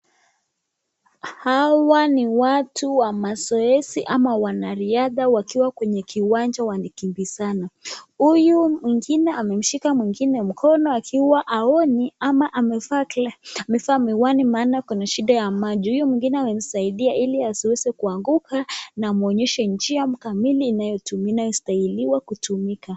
Hawa ni watu wa mazoezi ama wanariadha wakiwa kwenye kiwanja wanakimbizana. Huyu mwingine amemshika mwingine mkono akiwa haoni ama amevaa miwani maana akona shida ya macho. Huyo mwingine amemsaidia ili asiweze kuanguka na amwonyeshe njia kamili inayostahiliwa kutumika.